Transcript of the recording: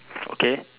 okay